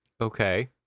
Okay